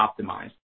optimized